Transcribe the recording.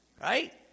right